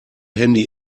handy